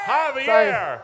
Javier